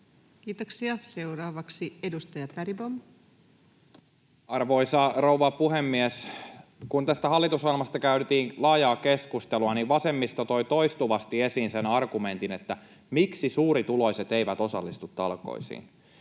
Kiitoksia. — Seuraavaksi edustaja Bergbom. Arvoisa rouva puhemies! Kun tästä hallitusohjelmasta käytiin laajaa keskustelua, niin vasemmisto toi toistuvasti esiin sen argumentin, miksi suurituloiset eivät osallistu talkoisiin.